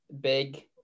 big